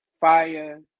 fire